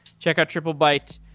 check out triplebyte.